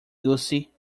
gussie